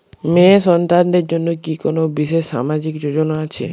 মেয়ে সন্তানদের জন্য কি কোন বিশেষ সামাজিক যোজনা আছে?